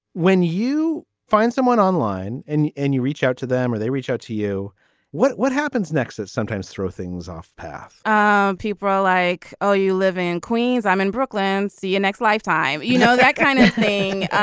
when you find someone online and you reach out to them or they reach out to you what what happens next is sometimes throw things off path ah people are like oh you live in queens. i'm in brooklyn see you next lifetime you know that kind of thing.